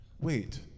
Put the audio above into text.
Wait